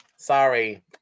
Sorry